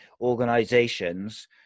organisations